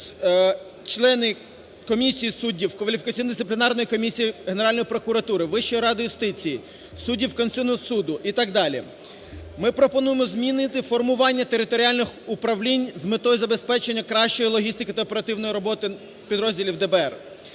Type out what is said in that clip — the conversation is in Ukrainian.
Генеральної прокуратури, Вищої ради юстиції, суддів Конституційного Суду і так далі. Ми пропонуємо змінити формування територіальних управлінь з метою забезпечення кращої логістики та оперативної роботи підрозділів ДБР;